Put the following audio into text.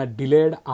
delayed